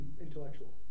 intellectual